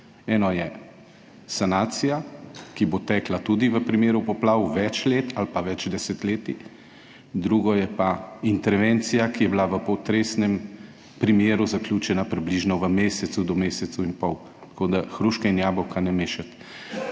Eno je sanacija, ki bo tekla tudi v primeru poplav več let ali pa več desetletij, drugo je pa intervencija, ki je bila v potresnem primeru zaključena približno v mesecu do mesecu in pol, tako da ne mešati